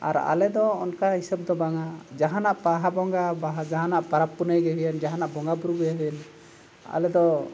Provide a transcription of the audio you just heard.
ᱟᱨ ᱟᱞᱮᱫᱚ ᱚᱱᱠᱟ ᱦᱤᱥᱟᱹᱵᱽ ᱫᱚ ᱵᱟᱝᱼᱟ ᱡᱟᱦᱟᱱᱟᱜ ᱵᱟᱦᱟ ᱵᱚᱸᱜᱟ ᱵᱟᱦᱟ ᱡᱟᱦᱟᱱᱟᱜ ᱯᱟᱨᱟᱵᱽ ᱯᱩᱱᱟᱹᱭ ᱜᱮ ᱦᱩᱭᱮᱱ ᱡᱟᱦᱟᱱᱟᱜ ᱵᱚᱸᱜᱟᱼᱵᱩᱨᱩᱜᱮ ᱦᱩᱭᱮᱱ ᱟᱞᱮᱫᱚ